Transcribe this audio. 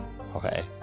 okay